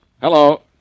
Hello